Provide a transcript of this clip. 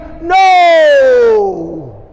No